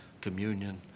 communion